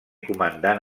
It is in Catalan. comandant